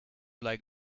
like